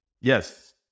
Yes